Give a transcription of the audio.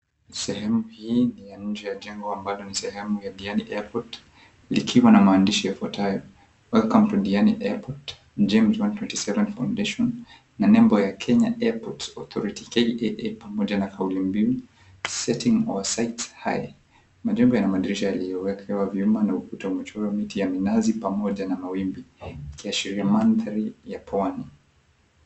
Sehemu hii ni ya nje ya jengo ambayo ni sehemu ya Diani airport. Likiwa na maandishi yafuatayo, Welcome to Diani Airport, James 127 Foundation, na nembo ya Kenya Airports Authority KAA, pamoja na kauli mbiu, Setting our Sights High. Majengo yana madirisha yaliyowekewa vyuma na ukuta umechorwa miti ya minazi pamoja na mawimbi ikiashiria mandhari ya pwani.